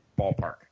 ballpark